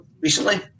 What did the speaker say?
recently